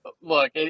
Look